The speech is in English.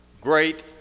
great